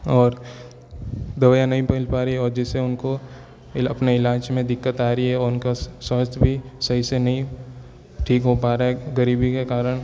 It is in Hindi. और दवाइयाँ नहीं मिल पा रही है और जिससे उनको अपने इलाज में दिक्कत आ रही है उनका स्वास्थ्य भी सही से नहीं ठीक हो पा रहा है गरीबी के कारण